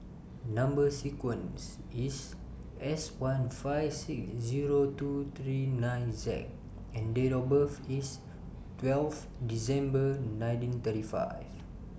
Number sequence IS S one five six Zero two three nine Z and Date of birth IS twelve December nineteen thirty five